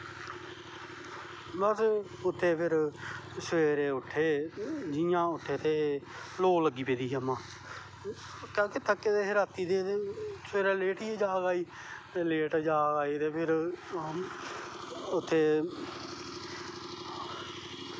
ते उत्थें फिर सवेरै उट्ठे जियां उट्ठे ते लोऽ लग्गी पेदी ही उऐ क्योंकि थक्के दे हे रातीं दे ते सवेरै लेट जाह्ग आई ते लेट जाग आई ते फिर उत्थें